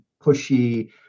pushy